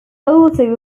also